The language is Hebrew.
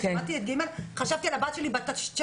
אני שמעתי את ג' וחשבתי על ביתי בת ה-19.